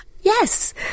Yes